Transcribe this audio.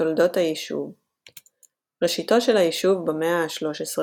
תולדות היישוב ראשיתו של היישוב במאה ה-13,